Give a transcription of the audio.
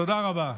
תודה רבה.